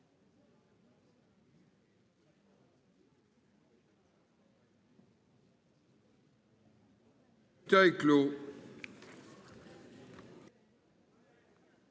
Merci